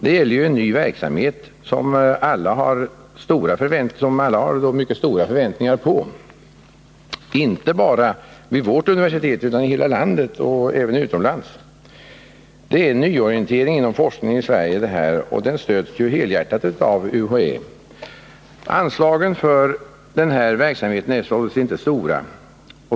Det gäller en ny verksamhet, som alla har mycket stora förväntningar på, inte bara vid vårt universitet utan i hela landet och även utomlands. Det är en nyorientering inom forskningen i Sverige, och den stöds helhjärtat av UHÄ. Anslagen till den här verksamheten är således inte stora.